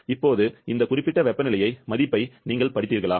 இப்போது இந்த குறிப்பிட்ட வெப்பநிலை மதிப்பை நீங்கள் படித்தீர்களா